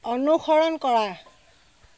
অনুসৰণ কৰা